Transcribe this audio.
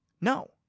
No